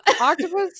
Octopus